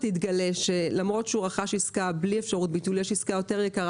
יתגלה שלמרות שהוא רכש עסקה בלי אפשרות ביטול יש עסקה יותר זולה,